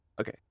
Okay